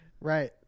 Right